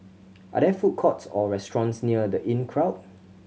are there food courts or restaurants near The Inncrowd